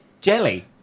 jelly